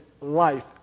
life